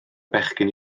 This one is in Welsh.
bechgyn